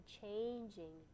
changing